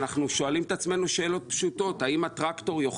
אנחנו שואלים את עצמנו שאלות פשוטות: האם